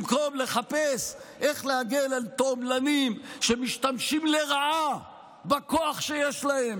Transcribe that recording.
במקום לחפש איך להגן על תועמלנים שמשתמשים לרעה בכוח שיש להם,